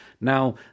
Now